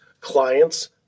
clients